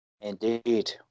Indeed